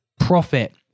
profit